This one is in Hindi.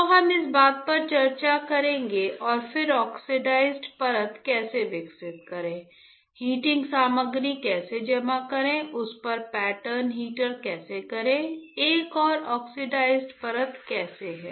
तो हम इस बात पर चर्चा करेंगे और फिर ऑक्साइड परत कैसे विकसित करें हीटिंग सामग्री कैसे जमा करें उस पर पैटर्न हीटर कैसे करें एक और ऑक्साइड परत कैसे है